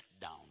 down